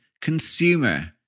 consumer